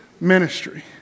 ministry